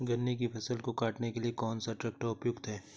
गन्ने की फसल को काटने के लिए कौन सा ट्रैक्टर उपयुक्त है?